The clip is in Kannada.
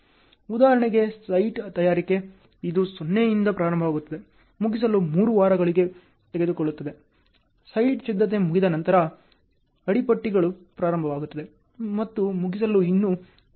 ಉದಾಹರಣೆಗೆ ಸೈಟ್ ತಯಾರಿಕೆ ಇದು 0 ಇಂದ ಪ್ರಾರಂಭವಾಗುತ್ತದೆ ಮುಗಿಸಲು 3 ವಾರಗಳವರೆಗೆ ತೆಗೆದುಕೊಳ್ಳುತ್ತದೆ ಸೈಟ್ ಸಿದ್ಧತೆ ಮುಗಿದ ನಂತರ ಅಡಿಟಿಪ್ಪಣಿಗಳು ಪ್ರಾರಂಭವಾಗುತ್ತವೆ ಮತ್ತು ಮುಗಿಸಲು ಇನ್ನೂ 4 ವಾರಗಳು ಬೇಕಾಗುತ್ತದೆ